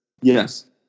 yes